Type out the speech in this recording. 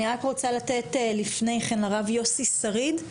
אני רק רוצה לתת לפני כן הרב יוסי שריד,